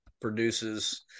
produces